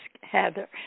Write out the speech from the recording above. Heather